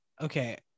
Okay